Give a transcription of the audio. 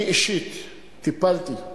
אני אישית טיפלתי,